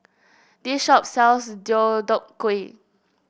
this shop sells Deodeok Gui